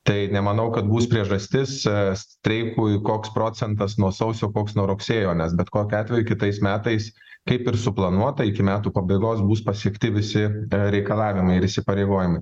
tai nemanau kad bus priežastis streikui koks procentas nuo sausio koks nuo rugsėjo nes bet kokiu atveju kitais metais kaip ir suplanuota iki metų pabaigos bus pasiekti visi reikalavimai ir įsipareigojimai